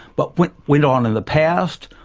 but what went on in the past,